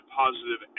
positive